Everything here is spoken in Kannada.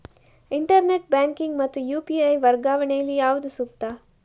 ಇಂಟರ್ನೆಟ್ ಬ್ಯಾಂಕಿಂಗ್ ಮತ್ತು ಯು.ಪಿ.ಐ ವರ್ಗಾವಣೆ ಯಲ್ಲಿ ಯಾವುದು ಸೂಕ್ತ?